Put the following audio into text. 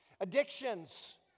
Addictions